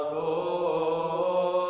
oh